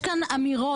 יש כאן אמירות.